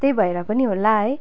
त्यही भएर पनि होला है